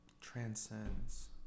transcends